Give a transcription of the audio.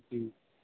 جی